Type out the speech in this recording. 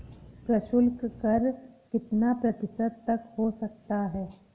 प्रशुल्क कर कितना प्रतिशत तक हो सकता है?